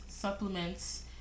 Supplements